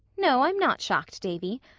no, i'm not shocked, davy.